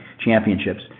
championships